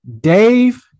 Dave